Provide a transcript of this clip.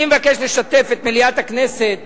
מבקש לשתף את מליאת הכנסת,